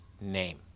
name